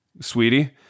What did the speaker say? sweetie